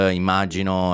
immagino